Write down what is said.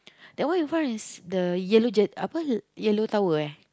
that one in front is the yellow jet apa yellow tower eh